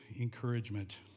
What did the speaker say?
encouragement